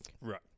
Right